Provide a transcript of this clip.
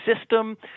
system